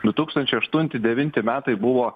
du tūkstančiai aštunti devinti metai buvo